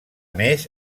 més